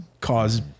cause